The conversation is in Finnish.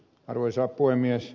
arvoisa puhemies